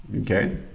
Okay